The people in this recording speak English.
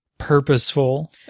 purposeful